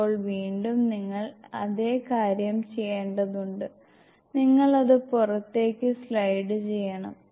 ഇപ്പോൾ വീണ്ടും നിങ്ങൾ അതേ കാര്യം ചെയ്യേണ്ടതുണ്ട് നിങ്ങൾ അത് പുറത്തേക്ക് സ്ലൈഡുചെയ്യണം